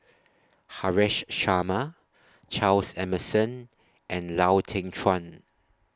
Haresh Sharma Charles Emmerson and Lau Teng Chuan